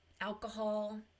alcohol